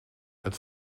het